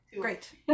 great